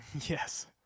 yes